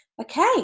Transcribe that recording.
Okay